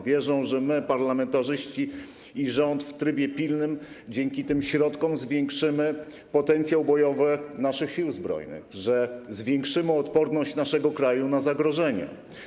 Wierzą, że zarówno my, parlamentarzyści, jak i rząd, w trybie pilnym dzięki tym środkom zwiększymy potencjał bojowy naszych Sił Zbrojnych, że zwiększymy odporność naszego kraju na zagrożenia.